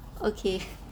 okay